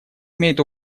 имеет